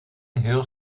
heel